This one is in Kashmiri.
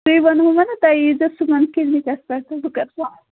تی ووٚنمو نا تُہۍ ییٖزیٚو صُبحن کِلنِکَس پیٚٹھ بہٕ کَرٕ پانے